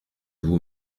vous